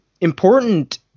important